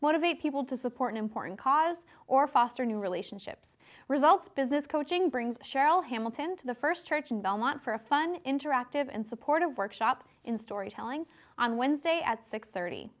motivate people to support an important cause or foster new relationships results business coaching brings cheryl hamilton to the first church in belmont for a fun interactive and supportive workshop in storytelling on wednesday at six thirty